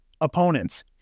opponents